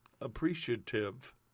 appreciative